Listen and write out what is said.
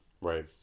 right